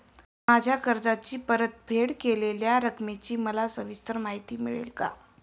माझ्या कर्जाची परतफेड केलेल्या रकमेची मला सविस्तर माहिती मिळेल का?